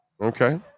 Okay